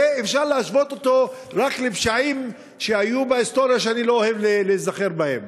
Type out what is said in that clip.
אפשר להשוות אותו רק לפשעים שהיו בהיסטוריה שאני לא אוהב להיזכר בהם.